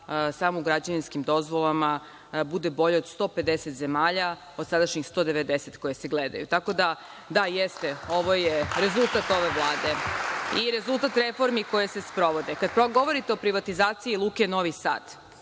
samo u građevinskim dozvolama bude bolja od 150 zemalja, od sadašnjih 190 koje se gledaju. Tako da, da, jeste, ovo je rezultat ove Vlade i rezultat reformi koje se sprovode. Kada govorite o privatizaciji Luke Novi Sad,